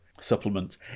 supplements